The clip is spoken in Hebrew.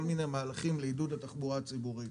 מיני מהלכים לעידוד התחבורה הציבורית.